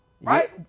right